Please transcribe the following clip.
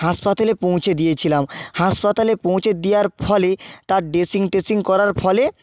হাসপাতালে পৌঁছে দিয়েছিলাম হাসপাতালে পৌঁছে দেওয়ার ফলে তার ড্রেসিং টেসিং করার ফলে